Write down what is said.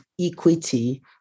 equity